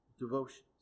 devotions